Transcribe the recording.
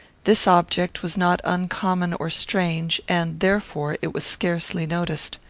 this object was not uncommon or strange, and, therefore, it was scarcely noticed.